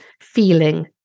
feeling